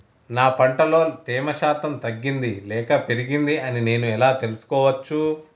నా పంట లో తేమ శాతం తగ్గింది లేక పెరిగింది అని నేను ఎలా తెలుసుకోవచ్చు?